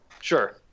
Sure